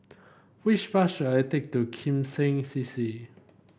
which bus should I take to Kim Seng C C